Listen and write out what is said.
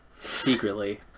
secretly